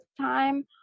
time